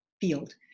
field